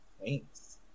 thanks